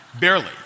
barely